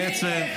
אני בעצם,